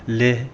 Leh